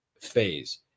phase